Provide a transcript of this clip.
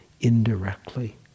indirectly